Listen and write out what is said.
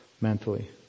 mentally